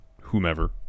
whomever